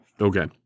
Okay